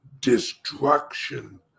destruction